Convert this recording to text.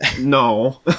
No